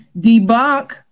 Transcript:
debunk